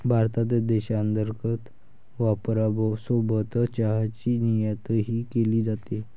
भारतात देशांतर्गत वापरासोबत चहाची निर्यातही केली जाते